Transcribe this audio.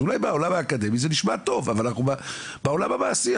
אז אולי בעולם האקדמי זה נשמע טוב אבל אנחנו בעולם המעשי,